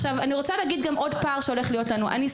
אני רוצה להגיד גם עוד פער שהולך להיות לנו: